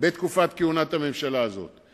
בתקופת כהונת הממשלה הזאת,